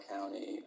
County